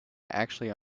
actually